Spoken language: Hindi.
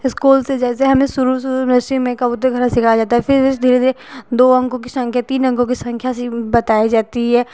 स्कूल से जैसे हमें शुरू शुरू मे उसी में कबूतखना सिखाया जाता है फिर उस धीरे धीरे दो अंकों की संख्या तीन अंकों की संख्या बताई जाती है